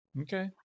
Okay